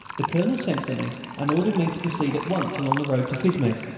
the colonel sent for me and ordered me to proceed at once along the road to fismes,